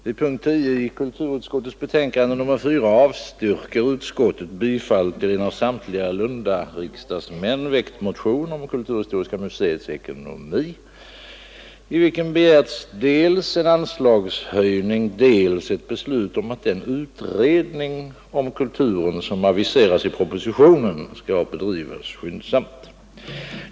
Fru talman! Vid punkten 10 i kulturutskottets betänkande nr 4 avstyrker utskottet bifall till en av samtliga lundariksdagsmän väckt motion angående Kulturhistoriska museets ekonomi, i vilken begärts dels en anslagshöjning, dels ett beslut om att den utredning om Kulturen, som aviseras i propositionen, skall bedrivas skyndsamt.